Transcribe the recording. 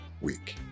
week